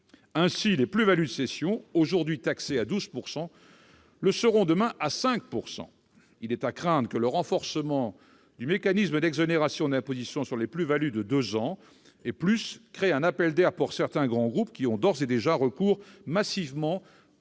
Ainsi, les plus-values de cession, aujourd'hui taxées à 12 %, le seront demain à 5 %! Il est à craindre que le renforcement du mécanisme d'exonération d'imposition sur les plus-values de deux ans et plus ne crée un appel d'air pour certains grands groupes qui ont d'ores et déjà recours massivement